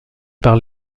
par